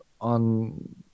on